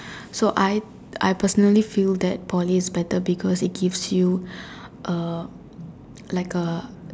so I I personally feel that Poly is better because it gives you a like a